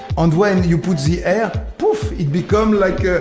and when you put the air, poof it become like